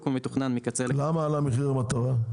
מתוכנן מקצה לקצה --- למה עלה מחיר המטרה?